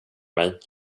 mig